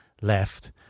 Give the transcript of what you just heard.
left